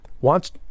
wants